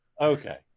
okay